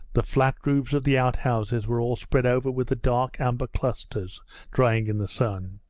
the flat roofs of the outhouses were all spread over with the dark amber clusters drying in the sun.